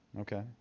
Okay